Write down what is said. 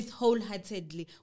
wholeheartedly